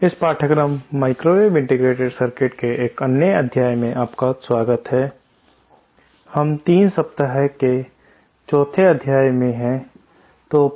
इस पाठ्यक्रम microwave integrated circuits के एक अन्य अध्याय में आपका स्वागत है हम 3 सप्ताह के अध्याय 4 में हैं